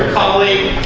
holly